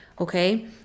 okay